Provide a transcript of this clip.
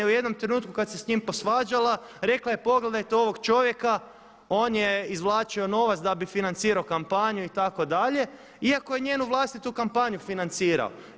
U jednom trenutku kada se s njim posvađala, rekla je pogledajte ovog čovjeka on je izvlačio novac da bi financirao kampanju itd., iako je njenu vlastitu kampanju financirao.